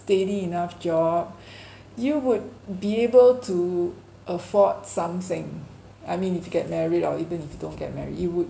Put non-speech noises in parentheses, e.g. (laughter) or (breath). steady enough job (breath) you would be able to afford something I mean if you get married or even if you don't get married you would